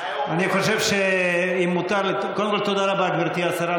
קודם כול, תודה רבה, גברתי השרה.